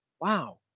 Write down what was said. wow